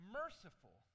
merciful